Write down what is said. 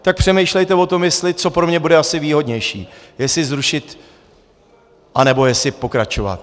Tak přemýšlejte o tom, co pro mě bude asi výhodnější, jestli zrušit, nebo jestli pokračovat.